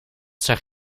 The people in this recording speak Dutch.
zag